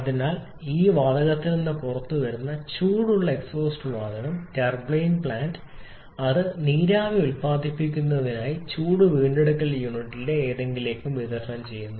എന്നാൽ ഈ വാതകത്തിൽ നിന്ന് പുറത്തുവരുന്ന ചൂടുള്ള എക്സ്ഹോസ്റ്റ് വാതകം ടർബൈൻ പ്ലാന്റ് അത് നീരാവി ഉത്പാദിപ്പിക്കുന്നതിനായി ചൂട് വീണ്ടെടുക്കൽ യൂണിറ്റിലെ എന്തെങ്കിലും വിതരണം ചെയ്യുന്നു